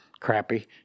crappy